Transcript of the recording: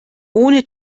ohne